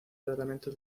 tratamiento